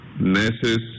nurses